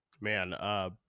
man